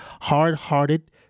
hard-hearted